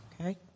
Okay